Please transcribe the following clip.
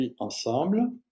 ensemble